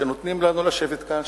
שנותנים לנו לשבת כאן,